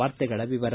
ವಾರ್ತೆಗಳ ವಿವರ